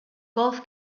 golf